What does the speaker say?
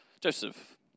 Joseph